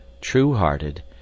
true-hearted